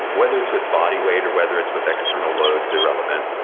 whether it's with body weight, or whether it's with external load's irrelevant.